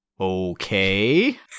Okay